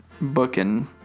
booking